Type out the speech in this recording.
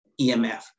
EMF